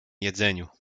jedzeniu